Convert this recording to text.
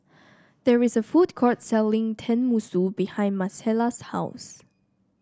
there is a food court selling Tenmusu behind Marcela's house